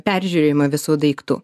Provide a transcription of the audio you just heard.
peržiūrėjimo visų daiktų